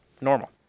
normal